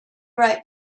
right